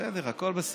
בסדר, הכול בסדר.